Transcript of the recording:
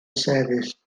sefyll